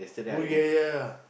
oh ya ya